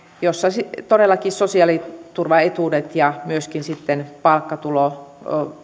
jossa todellakin sosiaaliturvaetuudet ja myöskin sitten palkkatulo